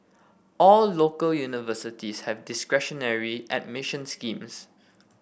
all local universities have discretionary admission schemes